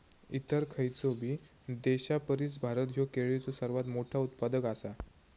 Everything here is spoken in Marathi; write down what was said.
इतर खयचोबी देशापरिस भारत ह्यो केळीचो सर्वात मोठा उत्पादक आसा